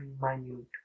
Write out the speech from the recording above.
minute